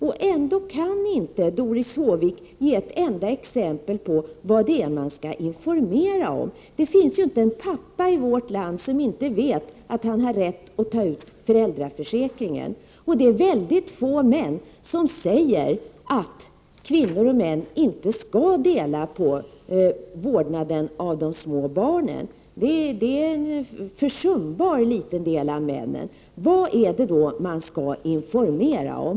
Och ändå kan inte Doris Håvik ge ett enda exempel på vad det är man skall informera om. Det finns inte en pappa i vårt land som inte vet att han har rätt att ta ut föräldraledigheten. Det är väldigt få män som säger att kvinnor och män inte skall dela på vårdnaden av de små barnen. Det är en försumbar del av männen som anser det. Vad är det då man skall informera om?